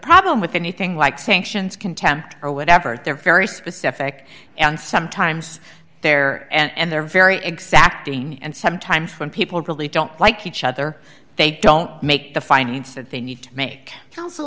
problem with anything like sanctions contempt or whatever they're very specific and sometimes they're and they're very exacting and sometimes when people really don't like each other they don't make the finding that they need to make